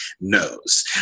knows